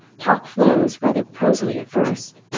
talk flows rather prosily at first.